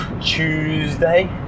Tuesday